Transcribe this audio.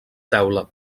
teula